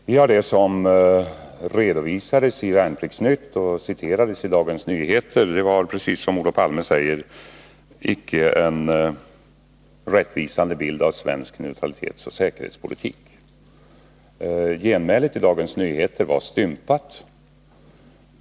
Herr talman! Det som redovisades i Värnplikts-Nytt och som citerades i Dagens Nyheter gav, precis som Olof Palme säger, icke en rättvisande bild av svensk neutralitetsoch säkerhetspolitik. Genmälet i Dagens Nyheter var stympat.